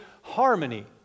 harmony